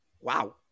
wow